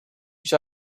each